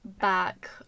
back